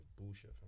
bullshit